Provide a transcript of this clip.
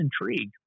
intrigued